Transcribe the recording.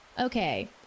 Okay